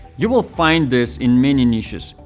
you will find this in many niches.